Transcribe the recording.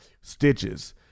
stitches